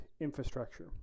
infrastructure